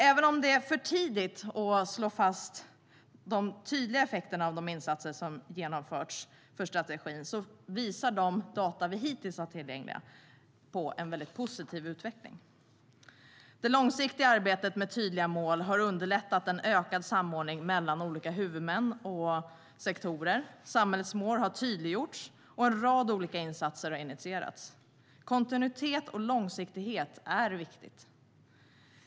Även om det är för tidigt att slå fast några tydliga effekter av de insatser som har gjorts inom strategin visar de data som vi hittills har haft tillgängliga på en väldigt positiv utveckling. Det långsiktiga arbetet med tydliga mål har underlättat en ökad samordning mellan olika huvudmän och sektorer. Samhällets mål har tydliggjorts, och en rad olika insatser har initierats. Kontinuitet och långsiktighet är viktigt.